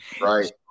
Right